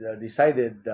decided